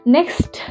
Next